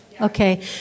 Okay